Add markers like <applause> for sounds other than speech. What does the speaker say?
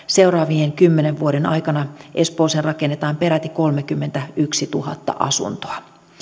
<unintelligible> seuraavien kymmenen vuoden aikana espooseen rakennetaan peräti kolmekymmentätuhatta asuntoa